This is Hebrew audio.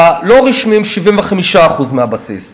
והלא-רשמיים, 75% מהבסיס.